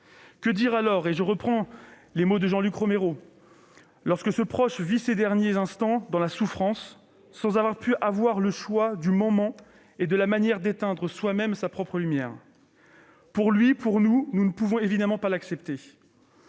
Que dire alors, et je reprends les mots de Jean-Luc Romero, lorsque ce proche vit ses derniers instants dans la souffrance, sans avoir pu choisir « le moment et la manière d'éteindre soi-même sa propre lumière »? Pour lui, pour nous, nous ne pouvons évidemment pas l'accepter.